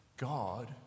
God